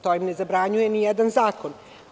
To im ne zabranjuje ni jedan zakon.